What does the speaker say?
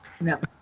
No